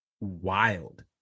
wild